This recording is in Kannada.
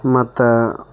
ಮತ್ತೆ